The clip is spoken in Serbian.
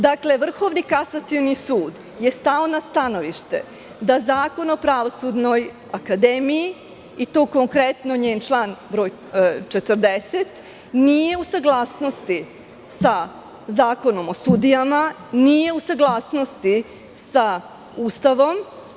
Dakle, Vrhovni kasacioni sud je stao na stanovište da Zakon o Pravosudnoj akademiji i to konkretno njen član broj 40, nije u saglasnosti sa Zakonom o sudijama, nije u saglasnosti sa Ustavom.